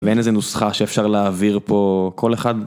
ואין איזה נוסחה שאפשר להעביר פה כל אחד.